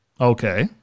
Okay